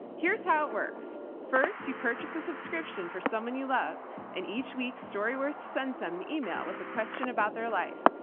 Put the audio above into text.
here's how it works. first you purchased a subscription for someone you love and each week storyworth sends them an email with a question about their life.